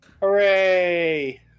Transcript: Hooray